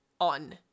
on